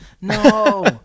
No